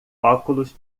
óculos